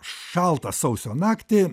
šaltą sausio naktį